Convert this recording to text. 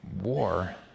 war